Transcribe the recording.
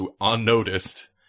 unnoticed